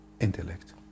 intellect